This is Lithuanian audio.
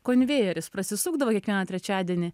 konvejeris prasisukdavo kiekvieną trečiadienį